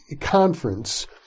conference